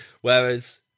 Whereas